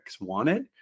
wanted